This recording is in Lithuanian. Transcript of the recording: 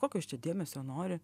kokio jis čia dėmesio nori